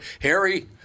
Harry